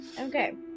Okay